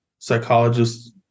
psychologists